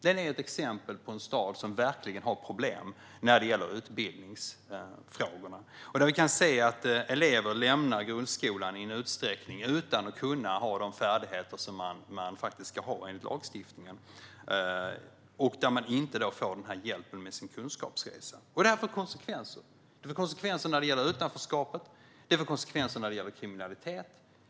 Det är ett exempel på en stad som verkligen har problem när det gäller utbildningsfrågorna och där vi kan se att elever lämnar grundskolan utan att ha de färdigheter de faktiskt ska ha enligt lagstiftningen. De får inte hjälp med sin kunskapsresa. Detta får konsekvenser. Det får konsekvenser när det gäller utanförskapet och när det gäller kriminalitet.